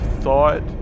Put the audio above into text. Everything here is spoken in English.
thought